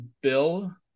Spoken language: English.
Bill